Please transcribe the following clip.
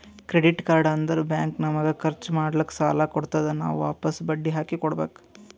credit card ಅಂದುರ್ bank ನಮಗ ಖರ್ಚ್ ಮಾಡ್ಲಾಕ್ ಸಾಲ ಕೊಡ್ತಾದ್, ನಾವ್ ವಾಪಸ್ ಬಡ್ಡಿ ಹಾಕಿ ಕೊಡ್ಬೇಕ